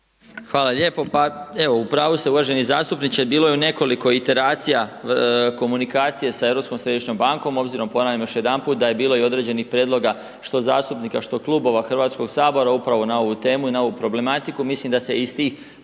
Hvala lijepo. Pa evo u pravu ste uvaženi zastupniče, bilo je u nekoliko iteracija komunikacije sa Europskom središnjom bankom obzirom ponavljam još jedanput da je bilo i određenih prijedloga što zastupnika što klubova Hrvatskog sabora upravo na ovu temu i na ovu problematiku. Mislim da se iz tih prethodnih